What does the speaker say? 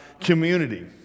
community